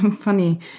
funny